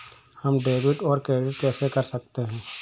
हम डेबिटऔर क्रेडिट कैसे कर सकते हैं?